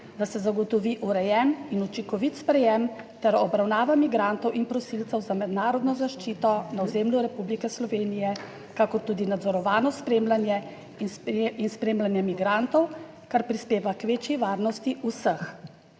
da se zagotovi urejen in učinkovit sprejem ter obravnava migrantov in prosilcev za mednarodno zaščito na ozemlju Republike Slovenije, kakor tudi nadzorovano spremljanje in spremljanje migrantov, kar prispeva k večji varnosti vseh.